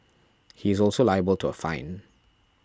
he is also liable to a fine